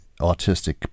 autistic